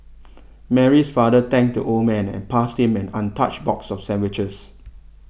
Mary's father thanked the old man and passed him an untouched box of sandwiches